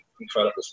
incredible